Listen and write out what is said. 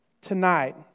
tonight